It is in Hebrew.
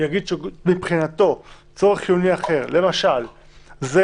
יגיד שמבחינתנו צורך חיוני אחר למשל זה